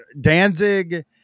Danzig